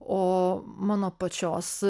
o mano pačios